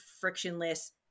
frictionless